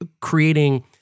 creating